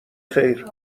خیر